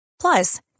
Plus